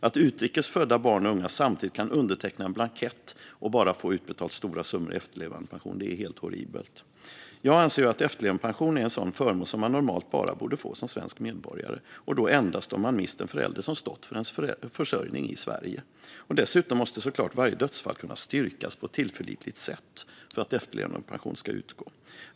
Att utrikes födda barn och unga samtidigt bara kan underteckna en blankett och få stora summor utbetalda i efterlevandepension är helt horribelt. Jag anser att efterlevandepension är en förmån som man normalt bara borde få som svensk medborgare och då endast om man mist en förälder som stått för ens försörjning i Sverige. Dessutom måste såklart varje dödsfall kunna styrkas på ett tillförlitligt sätt för att efterlevandepension ska utgå.